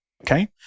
okay